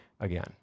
again